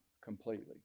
completely